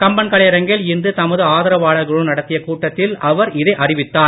கம்பன் கலையரங்கில் இன்று தமது ஆதரவாளர்களுடன் நடத்திய கூட்டத்தில் அவர் இதை அறிவித்தார்